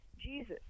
Jesus